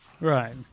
right